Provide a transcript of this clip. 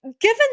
given